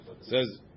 says